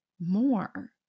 more